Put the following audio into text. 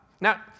Now